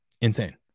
insane